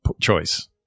choice